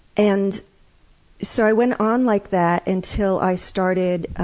and so i went on like that until i started